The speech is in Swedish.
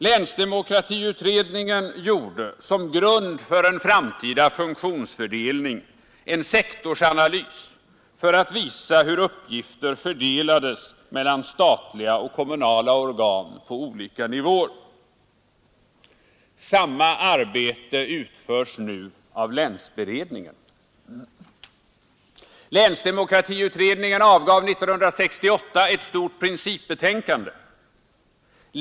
Länsdemokratiutredningen gjorde som grund för framtida funktionsfördelning en sektorsanalys för att visa hur uppgifter fördelades mellan statliga och kommunala organ på olika nivåer. Samma arbete utförs nu av länsberedningen. Länsdemokratiutredningen avgav 1968 ett stort principbetänkande.